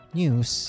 news